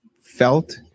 felt